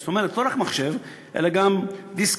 זאת אומרת לא רק מחשב אלא גם דיסקים,